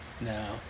No